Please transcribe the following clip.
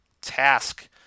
task